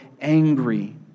angry